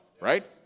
right